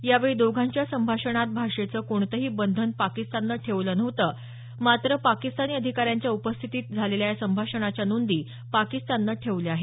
यावेळी दोघांच्या संभाषणात भाषेचं कोणतंही बंधन पाकिस्ताननं ठेवलं नव्हतं मात्र पाकिस्तानी अधिकाऱ्यांच्या उपस्थितीत झालेल्या या संभाषणाच्या नोंदी पाकिस्ताननं ठेवल्या आहेत